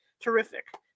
terrific